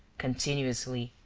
continuously,